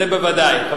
זה בוודאי.